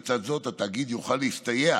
לצד זאת, התאגיד יוכל להסתייע